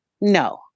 No